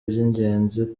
by’ingenzi